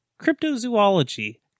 cryptozoology